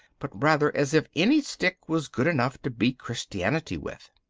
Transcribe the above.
but rather as if any stick was good enough to beat christianity with.